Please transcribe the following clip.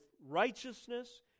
righteousness